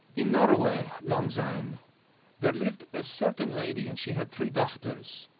in norroway, langsyne, there lived a certain lady, and she had three dochters.